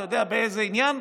אתה יודע באיזה עניין,